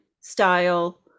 style